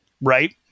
Right